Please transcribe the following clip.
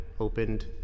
opened